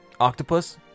octopus